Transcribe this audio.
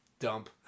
Dump